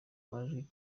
majwi